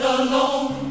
alone